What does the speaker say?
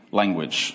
language